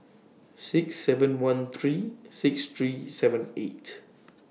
six seven one three six three seven eight